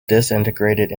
disintegrated